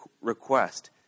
request